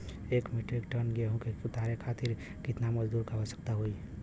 एक metric tonne गेहूँ के उतारे खातीर कितना मजदूर क आवश्यकता होई?